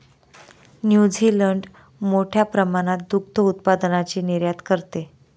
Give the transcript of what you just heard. New Zealand मोठ्या प्रमाणात दुग्ध उत्पादनाची निर्यात करते